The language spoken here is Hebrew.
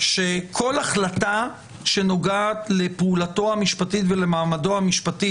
שכל החלטה שנוגעת לפעולתו המשפטית ולמעמדו המשפטי,